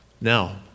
Now